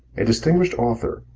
a distinguished author,